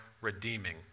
redeeming